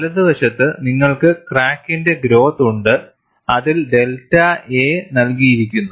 വലതുവശത്ത് നിങ്ങൾക്ക് ക്രാക്കിന്റെ ഗ്രോത്ത് ഉണ്ട് അതിൽ ഡെൽറ്റ a നൽകിയിരിക്കുന്നു